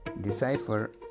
decipher